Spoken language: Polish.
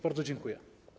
Bardzo dziękuję.